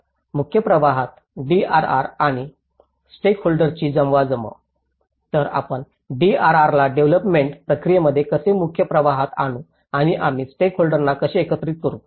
मुख्य प्रवाहात डीआरआर आणि स्टेकहोल्डर्सची जमवाजमव तर आपण डीआरआरला डेव्हलोपमेंट प्रक्रियेमध्ये कसे मुख्य प्रवाहात आणू आणि आम्ही स्टेकहोल्डर्सना कसे एकत्रित करू